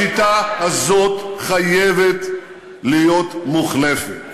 השיטה הזאת חייבת להיות מוחלפת,